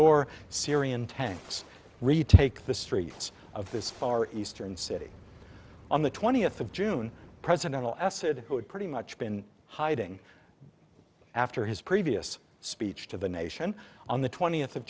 or syrian tanks retake the streets of this far eastern city on the twentieth of june presidential essid who had pretty much been hiding after his previous speech to the nation on the twentieth of